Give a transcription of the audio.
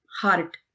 heart